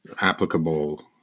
applicable